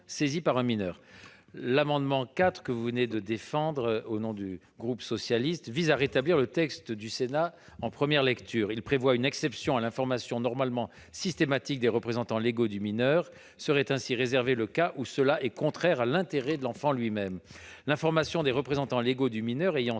L'amendement n° 4, que vous venez de défendre au nom du groupe socialiste et républicain, madame Blondin, vise à rétablir le texte adopté par le Sénat en première lecture. Il prévoit une exception à l'information, normalement systématique, des représentants légaux du mineur. Serait ainsi réservé le cas où cela est contraire à l'intérêt de l'enfant. L'information des représentants légaux du mineur ayant